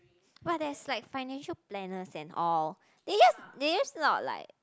but there's like financial planners and all they just they just not like